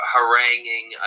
Haranguing